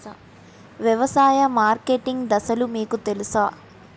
వ్యవసాయ మార్కెటింగ్ దశలు మీకు తెలుసా?